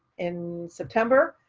in september.